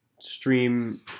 stream